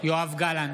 יואב גלנט,